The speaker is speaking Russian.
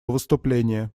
выступление